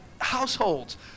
households